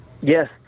Yes